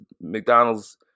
McDonald's